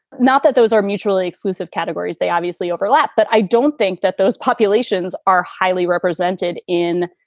not that those are mutually exclusive categories. they obviously overlap. but i don't think that those populations are highly represented in,